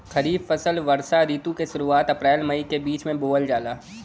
खरीफ फसल वषोॅ ऋतु के शुरुआत, अपृल मई के बीच में बोवल जाला